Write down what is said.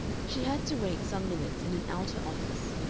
she had to wait some minutes in an outer office,